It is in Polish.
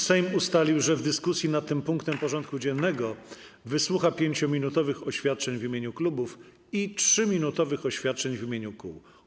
Sejm ustalił, że w dyskusji nad tym punktem porządku dziennego wysłucha 5-minutowych oświadczeń w imieniu klubów i 3-minutowych oświadczeń w imieniu kół.